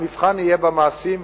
המבחן יהיה במעשים,